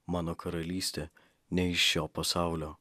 mano karalystė ne iš šio pasaulio